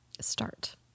start